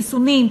חיסונים,